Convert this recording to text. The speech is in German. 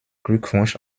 glückwunsch